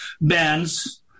bands